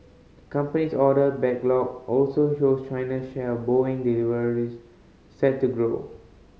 company's order backlog also shows China's share of Boeing deliveries set to grow